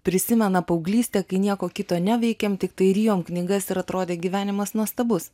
prisimena paauglystę kai nieko kito neveikėm tiktai rijom knygas ir atrodė gyvenimas nuostabus